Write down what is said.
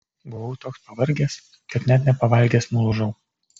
buvau toks pavargęs kad net nepavalgęs nulūžau